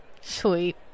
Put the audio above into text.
Sweet